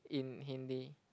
in Hindi